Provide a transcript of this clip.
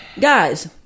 Guys